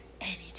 anytime